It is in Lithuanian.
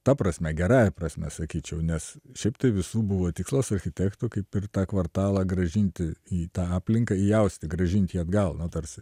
ta prasme gerąja prasme sakyčiau nes šiaip tai visų buvo tikslas architektų kaip ir tą kvartalą grąžinti į tą aplinką jausti grąžint jį atgal na tarsi